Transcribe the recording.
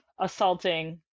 assaulting